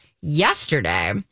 yesterday